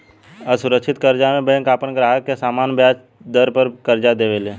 असुरक्षित कर्जा में बैंक आपन ग्राहक के सामान्य ब्याज दर पर कर्जा देवे ले